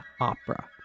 opera